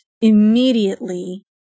immediately